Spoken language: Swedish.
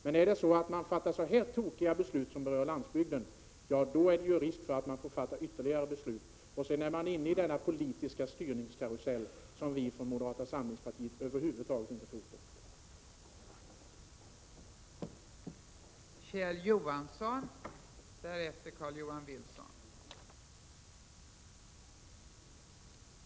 Men om riksdagen fattar så här tokiga beslut för landsbygden är det risk för att ytterligare beslut måste fattas, och sedan är man inne i den politiska styrningskarusell som moderata samlingspartiet över huvud taget inte tror på.